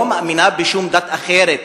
לא מאמינה בשום דת אחרת.